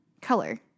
color